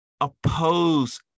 oppose